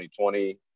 2020